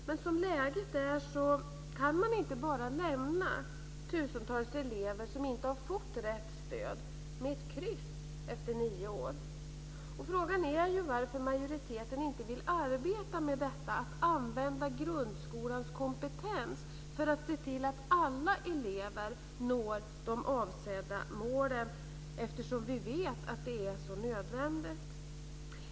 Men som läget är kan man inte bara lämna tusentals elever som inte har fått rätt stöd med ett kryss efter nio år. Frågan är varför majoriteten inte vill arbeta med detta, att använda grundskolans kompetens för att se till att alla elever når de avsedda målen, eftersom vi vet att det är så nödvändigt.